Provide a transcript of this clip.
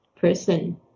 person